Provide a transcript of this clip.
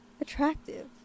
attractive